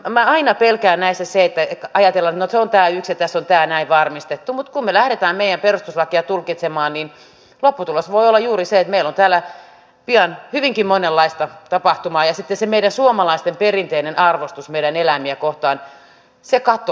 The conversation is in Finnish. minä aina pelkään näissä sitä että ajatellaan että no se on tämä yksi ja tässä on tämä näin varmistettu mutta kun me lähdemme meidän perustuslakia tulkitsemaan niin lopputulos voi olla juuri se että meillä on täällä pian hyvinkin monenlaista tapahtumaa ja sitten se meidän suomalaisten perinteinen arvostus meidän eläimiä kohtaan katoaa